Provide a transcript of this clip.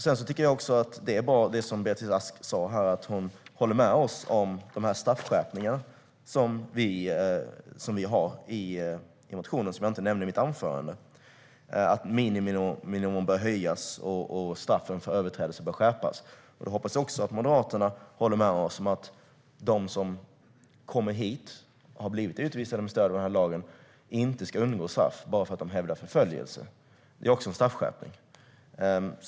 Sedan tycker jag att det är bra att Beatrice Ask stöder de straffskärpningar som vi föreslår i motionen, som jag inte nämnde i mitt anförande - att miniminivån bör höjas och straffen för överträdelser skärpas. Då hoppas jag att Moderaterna också håller med oss om att de som kommit och har blivit utvisade med stöd av den här lagen inte ska undgå straff bara för att de hävdar att de är förföljda. Det är också en straffskärpning.